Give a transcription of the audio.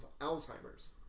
alzheimer's